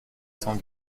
cents